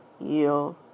Yield